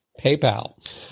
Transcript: PayPal